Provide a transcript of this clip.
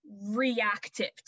reactive